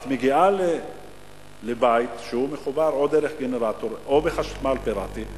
את מגיעה לבית שהוא מחובר או דרך גנרטור או בחשמל פיראטי,